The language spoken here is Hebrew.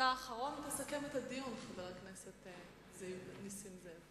אתה אחרון, תסכם את הדיון, חבר הכנסת נסים זאב.